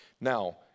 Now